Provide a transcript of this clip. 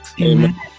Amen